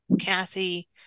Kathy